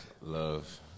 love